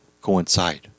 coincide